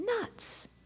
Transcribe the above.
nuts